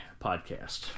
podcast